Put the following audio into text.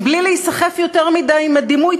בלי להיסחף יותר מדי עם הדימוי,